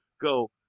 Go